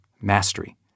mastery